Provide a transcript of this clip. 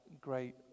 great